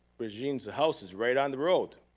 reganne's house is right on the road.